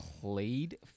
Played